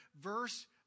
verse